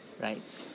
Right